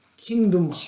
Kingdom